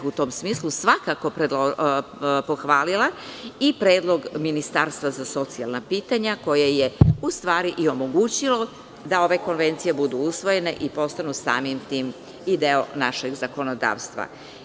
U tom smislu, ja bih svakako pohvalila i predlog Ministarstva za socijalna pitanja koje je, u stvari i omogućilo da ove konvencije budu usvojene i samim tim postanu i deo našeg zakonodavstva.